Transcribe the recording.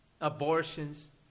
Abortions